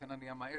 לכן אני אמעט